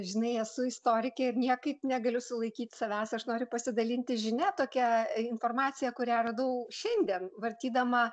žinai esu istorikė ir niekaip negaliu sulaikyt savęs aš noriu pasidalinti žinia tokia informacija kurią radau šiandien vartydama